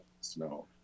snow